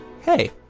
Hey